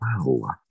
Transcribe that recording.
Wow